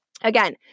again